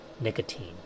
nicotine